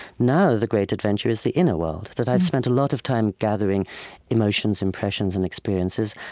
now, the great adventure is the inner world, that i've spent a lot of time gathering emotions, impressions, and experiences.